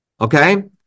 okay